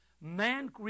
Man